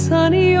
Sunny